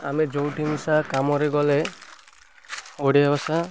ଆମେ ଯେଉଁଠି ମିଶା କାମରେ ଗଲେ ଓଡ଼ିଆ ଭାଷା